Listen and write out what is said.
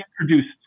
introduced